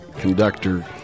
conductor